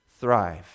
thrive